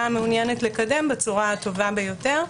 מעוניינת לקדם בצורה הטובה ביותר,